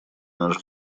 наш